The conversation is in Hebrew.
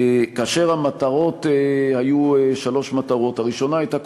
המטרות היו שלוש: הראשונה הייתה,